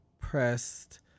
Pressed